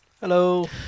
Hello